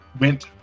went